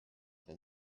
then